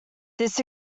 this